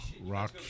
rock